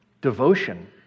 devotion